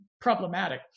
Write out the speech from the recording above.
problematic